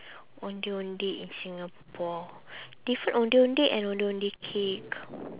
ondeh ondeh in singapore different ondeh ondeh and ondeh ondeh cake